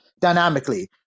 dynamically